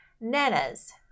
Nanas